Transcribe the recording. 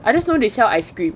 I just know they sell ice cream